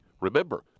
Remember